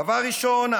דבר ראשון,